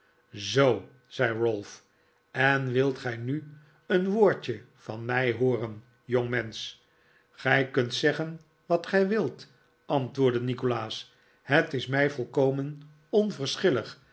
zoo zei ralph en wilt gij nu een woordje van mij hooren jongmensch gij kunt zeggen wat gij wilt antwoordde nikolaas het is mij volkomen